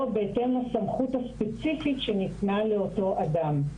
או בהתאם לסמכות הספציפית שניתנה לאותו אדם.